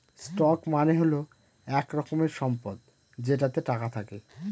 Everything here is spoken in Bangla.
স্টক মানে হল এক রকমের সম্পদ যেটাতে টাকা থাকে